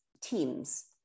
teams